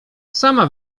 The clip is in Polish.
sama